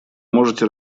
можете